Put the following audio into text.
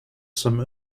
some